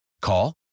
Call